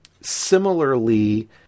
Similarly